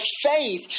faith